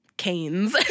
canes